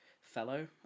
Fellow